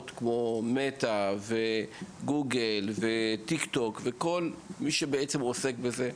כמו מטא וגוגל וטיק-טוק וכל מי שעוסק בזה.